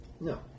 No